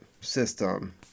system